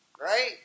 Right